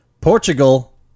Portugal